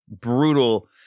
brutal